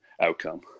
outcome